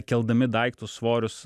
keldami daiktus svorius